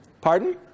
Pardon